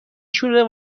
شوره